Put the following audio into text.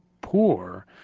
poor